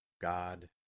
God